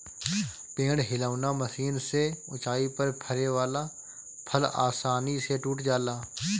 पेड़ हिलौना मशीन से ऊंचाई पर फरे वाला फल आसानी से टूट जाला